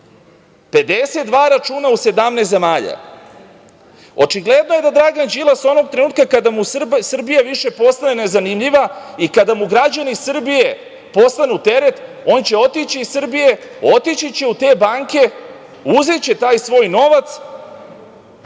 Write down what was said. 52 računa u 17 zemalja. Očigledno je da Dragan Đilas onoga trenutka kada mu Srbija više postane nezanimljiva i kada mu građani Srbije postanu teret, on će otići iz Srbije, otići će u te banke, uzeće taj svoj novac